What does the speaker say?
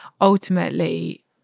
ultimately